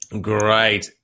Great